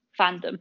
fandom